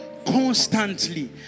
Constantly